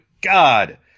God